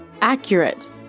Accurate